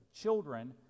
children